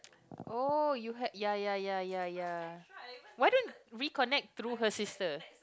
oh you had ya ya ya ya ya why don't we connect through her sister